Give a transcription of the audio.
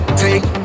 take